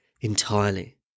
entirely